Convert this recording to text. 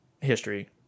history